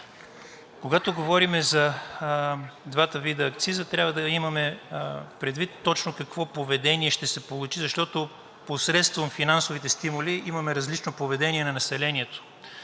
когато говорим за двата вида акциз, трябва да имаме предвид точно какво поведение ще се получи, защото посредством финансовите стимули имаме различно поведение на населението.